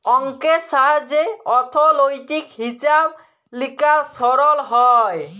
অংকের সাহায্যে অথ্থলৈতিক হিছাব লিকাস সরল হ্যয়